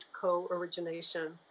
co-origination